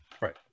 right